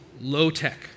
low-tech